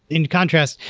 in contrast,